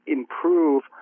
improve